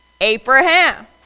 Abraham